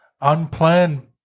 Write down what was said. unplanned